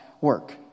work